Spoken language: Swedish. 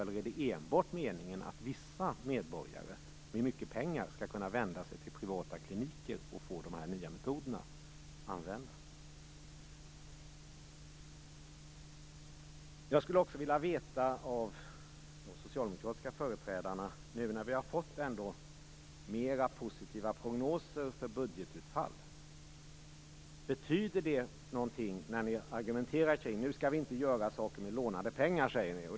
Är det meningen att enbart vissa medborgare med mycket pengar skall kunna vända sig till privata kliniker och använda nya behandlingsmetoder? Nu när vi har fått mera positiva prognoser för budgetutfall, skulle jag vilja veta av de socialdemokratiska företrädarna om det betyder något när ni säger att vi inte skall göra något för lånade pengar.